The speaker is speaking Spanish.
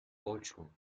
ocho